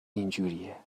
اینجوریه